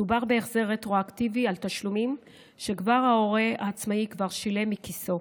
מדובר בהחזר רטרואקטיבי של תשלומים שההורה העצמאי כבר שילם מכיסו.